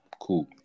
cool